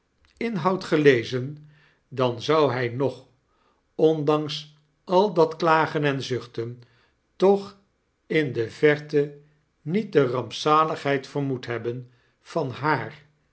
inhoud gelezen dan zou hy nog ondanks al dat klagen en zuchten toch in de verte niet de rampzaligheid vermoed hebben van haar